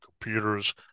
computers